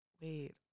Wait